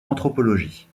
anthropologie